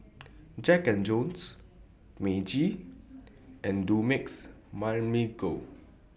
Jack and Jones Meiji and Dumex Mamil Gold